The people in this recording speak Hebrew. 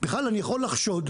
בכלל אני יכול לחשוד,